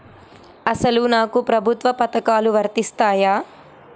అసలు నాకు ప్రభుత్వ పథకాలు వర్తిస్తాయా?